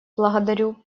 благодарю